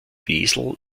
wesel